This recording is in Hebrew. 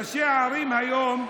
ראשי הערים היום,